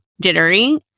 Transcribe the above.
jittery